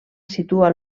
situa